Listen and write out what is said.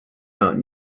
out